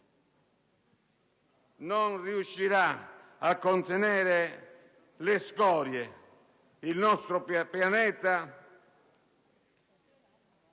non riuscirà a contenere le scorie. Il nostro pianeta